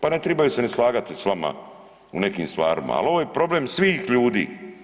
Pa ne tribaju se niti slagati sa vama u nekim stvarima, ali ovo je problem svih ljudi.